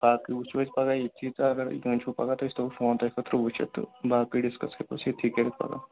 باقٕے وٕچھُو أسۍ پگاہ ییٚتھی تہٕ اگر یُن چھُو پگاہ تہٕ أسۍ تھاوو فون تۄہہِ خٲطرٕ وٕچھِتھ تہٕ باقٕے ڈِسکَس ہٮ۪کو أسۍ ییٚتھی کٔرِتھ پگاہ